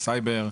סייבר,